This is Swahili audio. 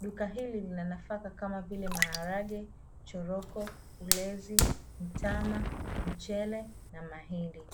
duka hili lina nafaka kama vile maharage, choroko, ulezi, mtama, mchele na mahindi.